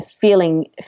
feeling